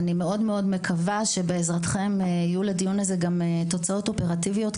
אני מקווה מאוד שבעזרתכם יהיו לדיון הזה גם תוצאות אופרטיביות,